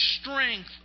strength